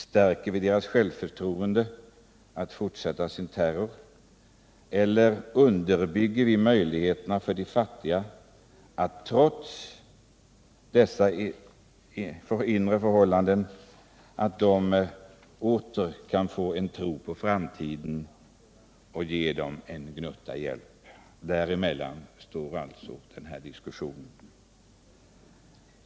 Stärker vi dess självförtroende att fortsätta sin terror eller underbygger vi möjligheterna för de fattiga att trots dessa svåra inre förhållanden återfå tron på framtiden? Kan vi ge dem en gnutta hjälp? Mellan dessa alternativ står diskussionen.